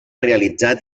realitzar